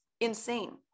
insane